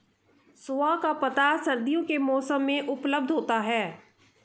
सोआ का पत्ता सर्दियों के मौसम में उपलब्ध होता है